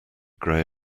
gray